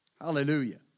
Hallelujah